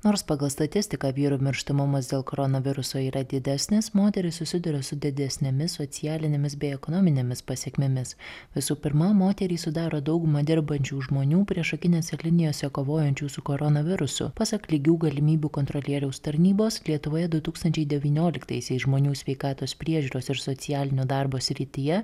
nors pagal statistiką vyrų mirštamumas dėl koronaviruso yra didesnis moterys susiduria su didesnėmis socialinėmis bei ekonominėmis pasekmėmis visų pirma moterys sudaro daugumą dirbančių žmonių priešakinėse linijose kovojančių su koronavirusu pasak lygių galimybių kontrolieriaus tarnybos lietuvoje du tūkstančiai devynioliktaisiais žmonių sveikatos priežiūros ir socialinio darbo srityje